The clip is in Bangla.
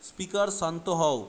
স্পিকার শান্ত হও